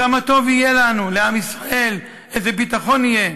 כמה טוב יהיה לנו, לעם ישראל, איזה ביטחון יהיה,